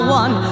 one